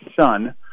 son